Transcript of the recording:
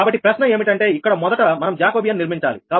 కాబట్టి ప్రశ్న ఏమిటంటే ఇక్కడ మొదట మనం జాకోబియన్ నిర్మించాలి